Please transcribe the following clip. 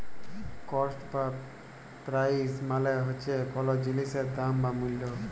cost বা price মালে হছে কল জিলিসের দাম বা মূল্য